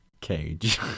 cage